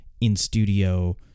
in-studio